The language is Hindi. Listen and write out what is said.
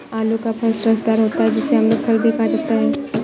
आलू का फल रसदार होता है जिसे अमृत फल भी कहा जाता है